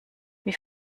wie